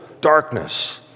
darkness